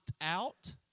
out